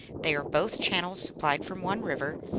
they are both channels supplied from one river,